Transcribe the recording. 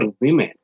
women